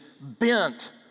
bent